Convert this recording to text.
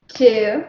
two